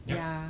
yup